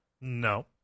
No